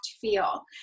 feel